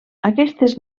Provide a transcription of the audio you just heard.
aquestes